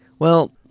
well,